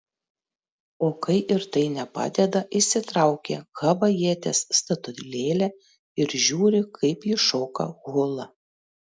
o kai ir tai nepadeda išsitraukia havajietės statulėlę ir žiūri kaip ji šoka hulą